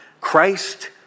Christ